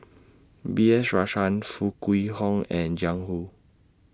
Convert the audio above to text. B S Rajhans Foo Kwee Horng and Jiang Hu